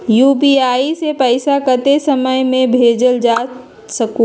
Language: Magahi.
यू.पी.आई से पैसा कतेक समय मे भेजल जा स्कूल?